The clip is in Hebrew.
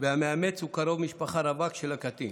והמאמץ הוא קרוב משפחה רווק של הקטין.